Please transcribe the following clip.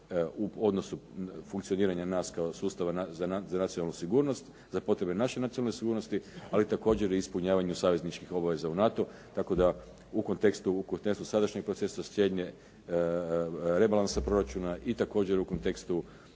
u odnosu funkcioniranja nas kao sustava za nacionalnu sigurnost, za potrebe naše nacionalnih sigurnosti, ali također i ispunjavanje savezničkih obveza u NATO. Tako da u kontekstu sadašnjeg procesa ... rebalansa proračuna i također u kontekstu